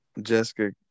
Jessica